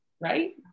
right